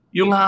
Yung